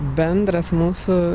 bendras mūsų